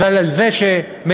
על זה שמדינה,